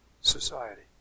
society